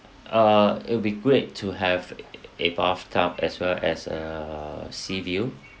err it'll be great to have a bathtub as well as err sea view